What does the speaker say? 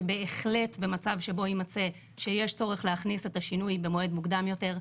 שבהחלט במצב שבו יימצא שיש צורך להכניס את השינוי במועד מוקדם יותר,